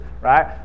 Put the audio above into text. right